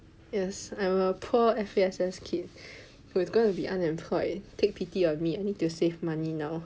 yes I'm a poor F_A_S_S kid who is gonna be unemployed take pity on me I need to save money now